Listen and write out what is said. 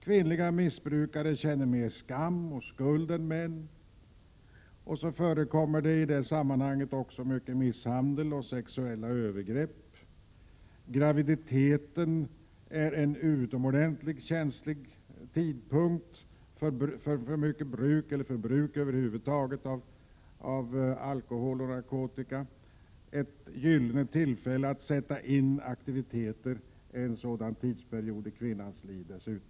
Kvinnliga missbrukare känner mer skam och skuld än manliga. Det förekommer också i det sammanhanget mycket misshandel och många sexuella övergrepp. Graviditeten är en period som är utomordentligt känslig för bruk av alkohol och narkotika. Det är dessutom ett gyllene tillfälle att sätta in aktiviteter under en sådan tidsperiod i kvinnans liv.